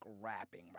rapping